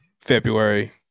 February